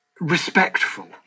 respectful